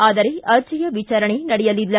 ಆದರೆ ಅರ್ಜಿಯ ವಿಚಾರಣೆ ನಡೆಯಲಿಲ್ಲ